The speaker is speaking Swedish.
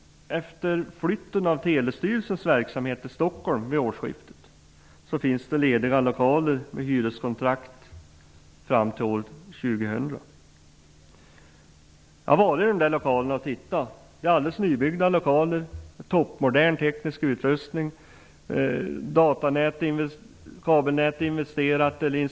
Efter flytten av telestyrelsens verksamhet till Stockholm vid årsskiftet finns det lediga lokaler med hyreskontrakt fram till år 2000. Jag har tittat på lokalerna, som är helt nybyggda och har toppmodern teknisk utrustning. Datanät och kabelnät är installerade.